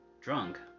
drunk